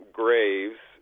graves